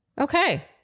Okay